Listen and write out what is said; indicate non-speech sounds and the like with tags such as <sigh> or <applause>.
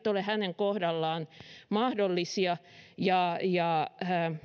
<unintelligible> ole hänen kohdallaan mahdollisia ja ja